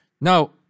Now